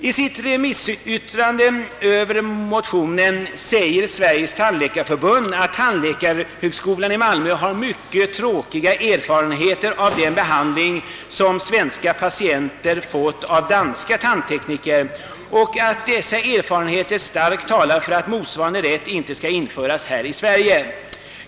I sitt remissyttrande över motionen säger Sveriges tandläkarförbund, att tandläkarhögskolan i Malmö har mycket tråkiga erfarenheter av den behandling som svenska patienter erhållit av danska tandtekniker och att dessa erfarenheter starkt talar för att motsvarande rätt inte bör införas i Sverige.